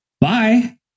Bye